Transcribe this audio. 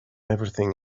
everything